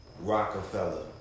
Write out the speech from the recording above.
Rockefeller